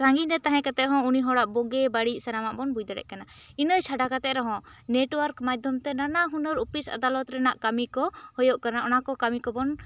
ᱥᱟ ᱜᱤᱧ ᱨᱮ ᱛᱟᱦᱮᱸ ᱠᱟᱛᱮ ᱦᱚᱸ ᱩᱱᱤ ᱦᱚᱲᱟᱜ ᱵᱩᱜᱤ ᱵᱟᱹᱲᱤᱡ ᱥᱟᱱᱟᱢᱟᱜ ᱵᱚᱱ ᱵᱩᱡᱽ ᱫᱟᱲᱮᱭᱟᱜ ᱠᱟᱱᱟ ᱤᱱᱟᱹᱜ ᱪᱷᱟᱰᱟ ᱠᱟᱛᱮ ᱛᱮᱦᱚᱸ ᱱᱮᱴᱣᱟᱹᱨᱠ ᱢᱟᱫᱷᱭᱚᱢ ᱛᱮ ᱱᱟᱱᱟ ᱦᱩᱱᱟᱨ ᱚᱯᱷᱤᱥ ᱟᱫᱟᱞᱚᱛ ᱨᱮᱱᱟᱜ ᱠᱟᱹᱢᱤ ᱠᱚ ᱦᱩᱭᱩᱜ ᱠᱟᱱᱟ ᱚᱱᱟ ᱠᱚ ᱠᱟᱹᱢᱤ ᱠᱚ ᱵᱚᱱ